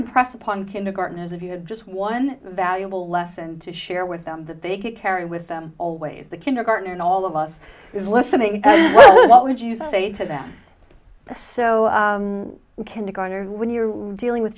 press upon kindergartners if you had just one valuable lesson to share with them that they could carry with them always the kindergarten and all of us is listening well what would you say to them so kindergartner when you're dealing with